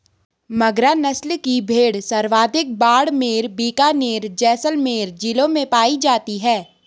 मगरा नस्ल की भेड़ सर्वाधिक बाड़मेर, बीकानेर, जैसलमेर जिलों में पाई जाती है